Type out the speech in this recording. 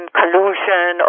collusion